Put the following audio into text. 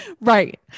right